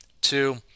Two